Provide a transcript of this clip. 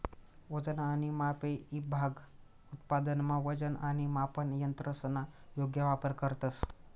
वजन आणि मापे ईभाग उत्पादनमा वजन आणि मापन यंत्रसना योग्य वापर करतंस